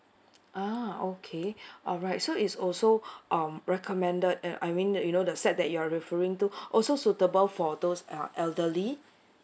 ah okay alright so is also um recommended uh I mean that you know the set that you are referring to also suitable for those uh elderly